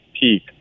peak